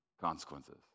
consequences